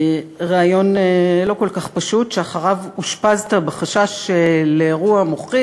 ריאיון לא כל כך פשוט שאחריו אושפזת בחשש לאירוע מוחי.